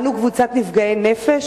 "אנו קבוצת נפגעי נפש